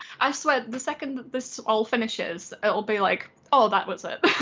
i swear the second this all finishes. it'll be like, oh that was it.